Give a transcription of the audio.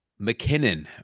McKinnon